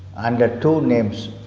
and two names.